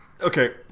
Okay